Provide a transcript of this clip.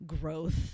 growth